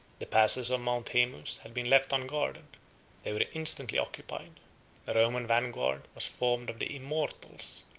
the passes of mount haemus had been left unguarded they were instantly occupied the roman vanguard was formed of the immortals,